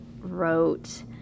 wrote